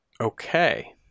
Okay